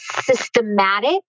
systematic